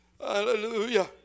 Hallelujah